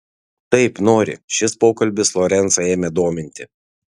taip nori šis pokalbis lorencą ėmė dominti